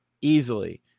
easily